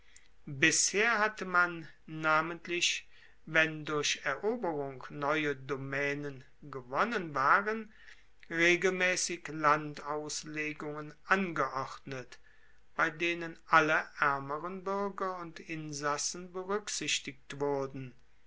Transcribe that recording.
bisher hatte man namentlich wenn durch eroberung neue domaenen gewonnen waren regelmaessig landauslegungen angeordnet bei denen alle aermeren buerger und insassen beruecksichtigt wurden